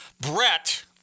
brett